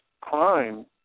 crime